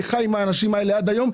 אני חי עם האנשים האלה עד היום,